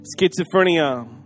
schizophrenia